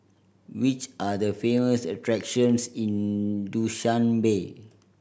which are the famous attractions in Dushanbe